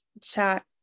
chat